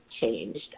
changed